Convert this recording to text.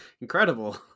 incredible